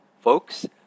folks